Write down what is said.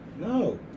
No